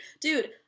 Dude